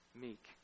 meek